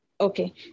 Okay